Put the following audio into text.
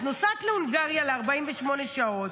את נוסעת להונגריה ל-48 שעות.